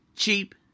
Cheap